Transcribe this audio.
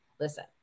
Listen